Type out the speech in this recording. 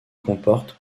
comporte